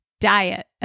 diet